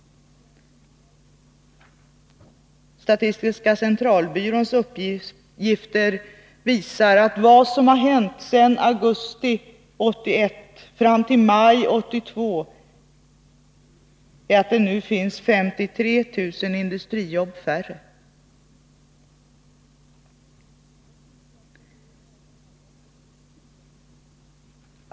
Statistiska centralbyråns uppgifter visar att vad som har hänt sedan augusti 1981 fram till maj 1982 är att det nu finns 53 000 industrijobb färre.